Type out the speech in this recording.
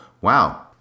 Wow